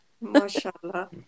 Mashallah